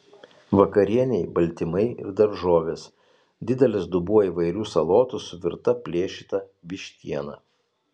vakarienei baltymai ir daržovės didelis dubuo įvairių salotų su virta plėšyta vištiena